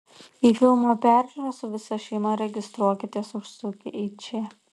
į filmo peržiūrą su visa šeima registruokitės užsukę į čia